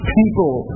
people